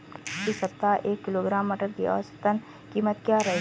इस सप्ताह एक किलोग्राम मटर की औसतन कीमत क्या रहेगी?